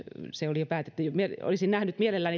se oli jo päätetty olisin nähnyt mielelläni